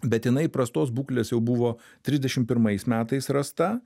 bet jinai prastos būklės jau buvo trisdešimt pirmais metais rasta